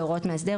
בהוראות מאסדר,